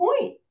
point